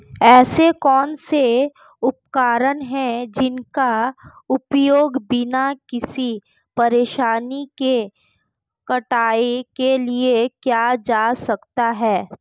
ऐसे कौनसे उपकरण हैं जिनका उपयोग बिना किसी परेशानी के कटाई के लिए किया जा सकता है?